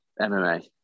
MMA